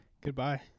Goodbye